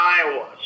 Iowa